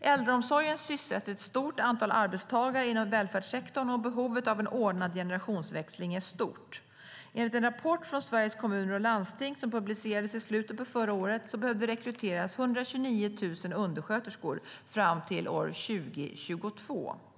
Äldreomsorgen sysselsätter ett stort antal arbetstagare inom välfärdssektorn, och behovet av en ordnad generationsväxling är stort. Enligt en rapport från Sveriges Kommuner och Landsting som publicerades i slutet av förra året behöver det rekryteras 129 000 undersköterskor fram till 2022.